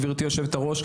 גברתי היושבת-ראש,